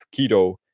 keto